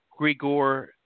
Grigor